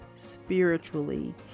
spiritually